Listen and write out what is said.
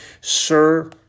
Sir